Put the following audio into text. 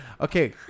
Okay